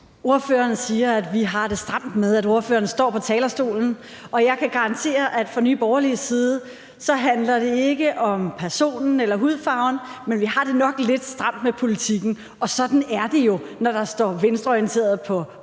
Ordføreren siger, at vi har det stramt med, at ordføreren står på talerstolen, og jeg kan garantere, at fra Nye Borgerliges side handler det ikke om personen eller hudfarven, men vi har det nok lidt stramt med politikken, og sådan er det jo, når der står venstreorienterede på